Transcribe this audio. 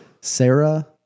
Sarah